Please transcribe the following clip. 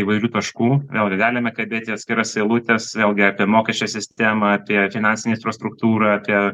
įvairių taškų vėlgi galime kalbėti atskiras eilutes vėlgi apie mokesčių sistemą apie finansinę infrastruktūrą apie